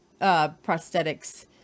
prosthetics